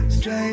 Straight